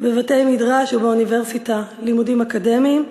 בבתי-מדרש ובאוניברסיטה לימודים אקדמיים,